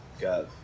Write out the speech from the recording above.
got